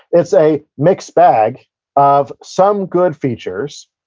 it's a mixed bag of some good features,